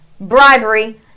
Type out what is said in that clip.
bribery